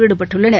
ஈடுபட்டுள்ளனர்